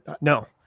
No